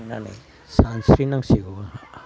दायो सानस्रिनांसिगौ आंहा